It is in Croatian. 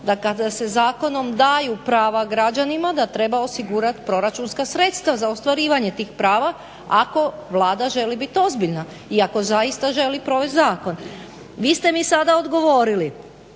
da kada se zakonom daju pravo građanima da treba osigurati proračunska sredstva za ostvarivanje tih prava ako Vlada želi biti ozbiljna i ako zaista želi provesti zakon. Vi ste mi sada odgovorili